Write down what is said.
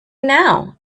now